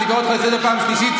אני קורא אותך לסדר פעם שלישית.